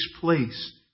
place